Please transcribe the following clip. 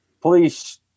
police